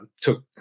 took